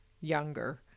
younger